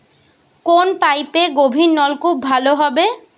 কোন পাইপে গভিরনলকুপ ভালো হবে?